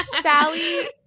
Sally